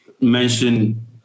mention